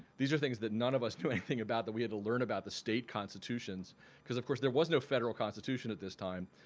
these are things that none of us knew anything about, that we had to learn about the state constitutions because of course there was no federal constitution at this time.